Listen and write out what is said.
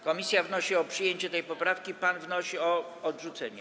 Komisja wnosi o przyjęcie tej poprawki, a pan wnosi o odrzucenie?